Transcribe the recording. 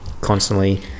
constantly